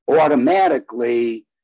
automatically